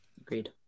agreed